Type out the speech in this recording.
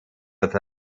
with